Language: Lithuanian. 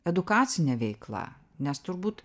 edukacinė veikla nes turbūt